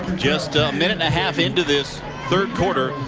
just a minute-and-a-half into this third quarter.